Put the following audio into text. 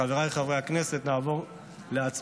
חבריי חברי הכנסת, נעבור להצבעה,